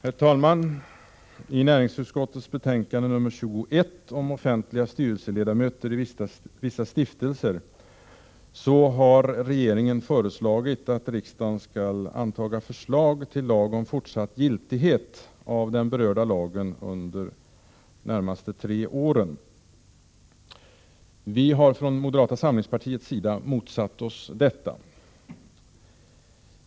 Herr talman! Näringsutskottets betänkande 21 handlar om offentliga styrelseledamöter i vissa stiftelser. Regeringen har föreslagit riksdagen att anta förslag till lag om fortsatt giltighet i tre år av den berörda lagen. Vi från moderata samlingspartiet har motsatt oss detta.